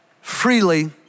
freely